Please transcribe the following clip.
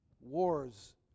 Wars